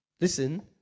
listen